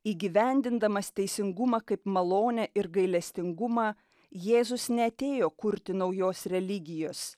įgyvendindamas teisingumą kaip malonę ir gailestingumą jėzus neatėjo kurti naujos religijos